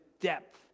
depth